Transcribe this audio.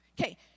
Okay